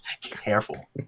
Careful